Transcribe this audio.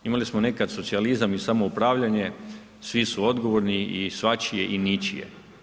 Imali smo nekad socijalizam i samoupravljanje, svi su odgovorni i svačije i ničije.